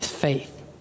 faith